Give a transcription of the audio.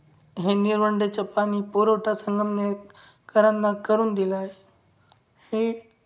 हे निळवंडेचं पाणी पुरवठा संगमनेरकरांना करून दिला आहे हे